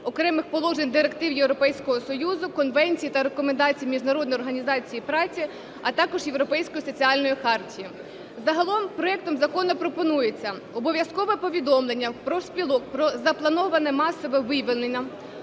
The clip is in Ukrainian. окремих положень директив Європейського Союзу, конвенцій та рекомендацій Міжнародної організації праці, а також Європейської соціальної хартії. Загалом проектом закону пропонується обов'язкове повідомлення профспілок про заплановане масове вивільнення,